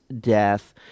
death